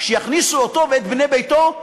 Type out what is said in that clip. לו ולבני ביתו.